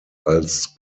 als